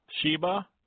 Sheba